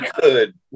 good